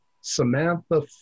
Samantha